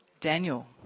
Daniel